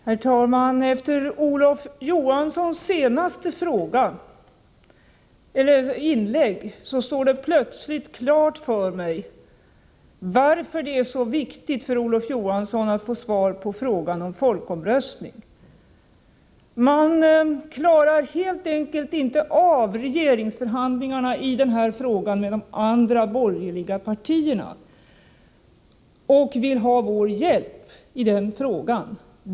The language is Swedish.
Herr talman! Efter Olof Johanssons senaste inlägg står det plötsligt klart för mig varför det är så viktigt för Olof Johansson att få svar på frågan om folkomröstning. Centern klarar helt enkelt inte av regeringsförhandlingarna i denna fråga med de andra borgerliga partierna och vill ha vår hjälp i den frågan.